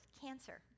cancer